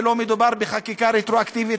לא מדובר בחקיקה רטרואקטיבית,